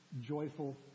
joyful